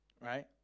Right